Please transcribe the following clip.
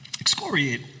Excoriate